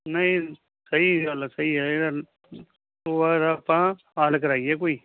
ਨਹੀਂ ਸਹੀ ਗੱਲ ਹੈ ਸਹੀ ਹੈ ਇਹਦਾ ਟੋਏ ਦਾ ਤਾਂ ਹੱਲ ਕਰਾਈਏ ਕੋਈ